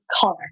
color